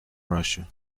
russia